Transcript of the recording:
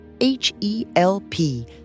H-E-L-P